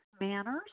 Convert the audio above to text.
manners